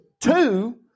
Two